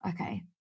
okay